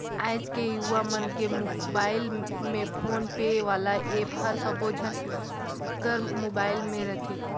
आएज के युवा मन के मुबाइल में फोन पे वाला ऐप हर सबो झन कर मुबाइल में रथे